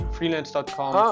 Freelance.com